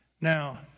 Now